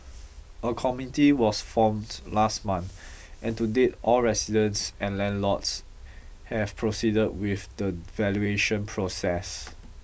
a committee was formed last month and to date all residents and landlords have proceeded with the valuation process